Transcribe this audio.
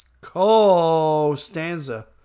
Costanza